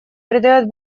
придает